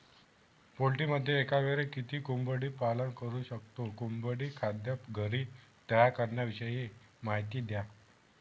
पोल्ट्रीमध्ये एकावेळी किती कोंबडी पालन करु शकतो? कोंबडी खाद्य घरी तयार करण्याविषयी माहिती द्या